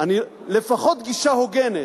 לפחות גישה הוגנת,